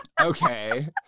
Okay